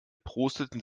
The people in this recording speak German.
prosteten